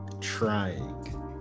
trying